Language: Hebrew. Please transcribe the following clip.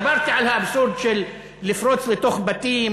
דיברתי על האבסורד של לפרוץ לתוך בתים,